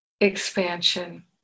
expansion